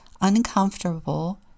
uncomfortable